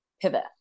pivot